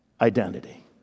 identity